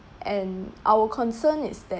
and our concern is